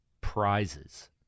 prizes